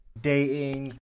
dating